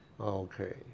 Okay